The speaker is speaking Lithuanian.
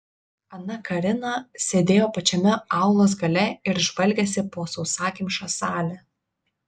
ana karina sėdėjo pačiame aulos gale ir žvalgėsi po sausakimšą salę